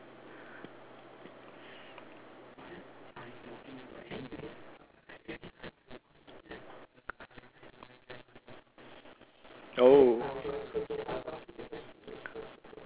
oh